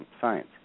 science